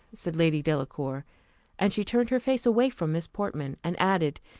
said lady delacour and she turned her face away from miss portman, and added,